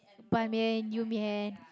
ban-mian you-mian